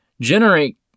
generate